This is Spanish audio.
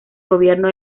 gobierno